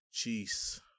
Jeez